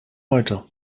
heute